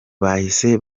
bahise